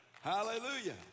hallelujah